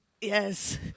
Yes